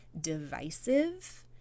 divisive